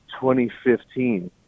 2015